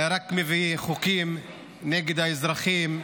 רק מביאים חוקים נגד האזרחים,